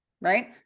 right